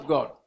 God